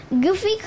Goofy